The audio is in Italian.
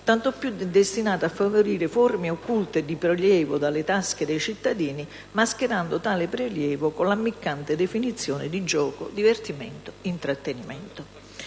tanto più è destinato a favorire forme occulte di prelievo dalle tasche dei cittadini, mascherando tale prelievo con l'ammiccante definizione di gioco, divertimento e intrattenimento.